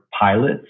pilots